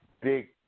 big